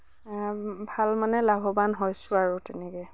ভাল মানে লাভৱান হৈছোঁ আৰু তেনেকৈয়ে